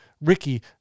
Ricky